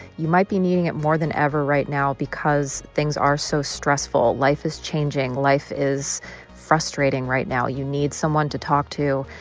you might be needing it more than ever right now because things are so stressful. life is changing. life is frustrating right now you need someone to talk to,